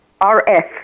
R-F